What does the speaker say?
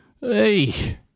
Hey